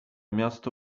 miasto